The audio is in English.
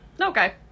Okay